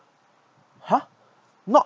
ha not